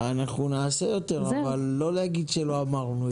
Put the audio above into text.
אנחנו נעשה יותר, אבל לא להגיד שלא אמרנו.